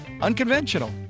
Unconventional